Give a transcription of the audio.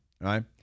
right